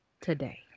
today